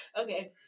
Okay